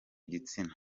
gitsina